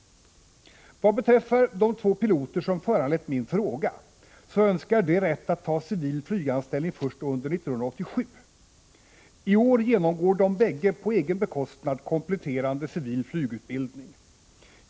Vad beträffar de två piloter som föranlett min fråga, önskar de rätt att ta civil flyganställning först under 1987 — i år genomgår de båda på egen bekostnad kompletterande civil flygutbildning.